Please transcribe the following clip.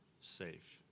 safe